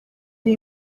ari